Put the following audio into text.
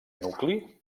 nucli